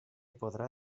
podrà